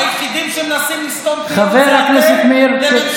בשם מה אתה מספר סיפורים ואגדות?